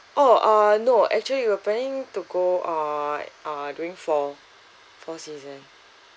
oh uh no actually we're planning to go uh uh during fall fall season